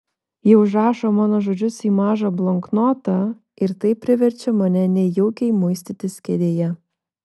ji užsirašo mano žodžius į mažą bloknotą ir tai priverčia mane nejaukiai muistytis kėdėje